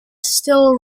still